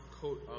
coat